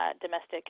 domestic